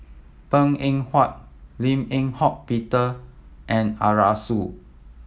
Png Eng Huat Lim Eng Hock Peter and Arasu